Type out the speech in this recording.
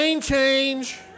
change